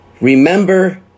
remember